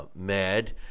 mad